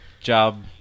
job